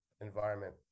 environment